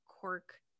cork